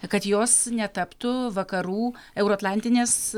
kad jos netaptų vakarų euroatlantinės